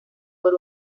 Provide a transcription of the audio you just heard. por